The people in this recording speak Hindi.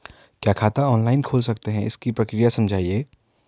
क्या खाता ऑनलाइन खोल सकते हैं इसकी प्रक्रिया समझाइए?